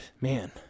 man